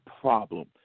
problem